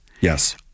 Yes